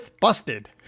busted